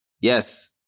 Yes